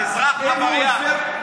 אזרח עבריין.